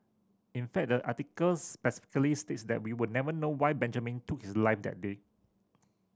in fact the article specifically states that we will never know why Benjamin took his life that day